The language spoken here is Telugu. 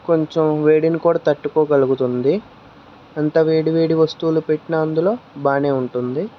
కొంచం వేడిని కూడా తట్టుకోగలుగుతుంది ఎంత వేడి వేడి వస్తువులు పెట్టినా అందలో బాగానే ఉంటుంది